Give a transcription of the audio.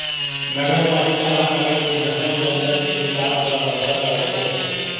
नगरपालिका ह नगर के जम्मो जनता के बिकास बर रद्दा गढ़थे